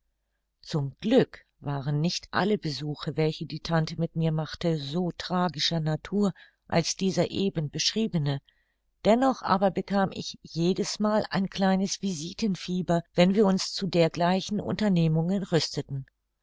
zum glück waren nicht alle besuche welche die tante mit mir machte so tragischer natur als dieser eben beschriebene dennoch aber bekam ich jedesmal ein kleines visitenfieber wenn wir uns zu dergleichen unternehmungen rüsteten